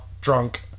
drunk